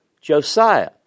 Josiah